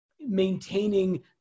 maintaining